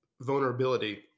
vulnerability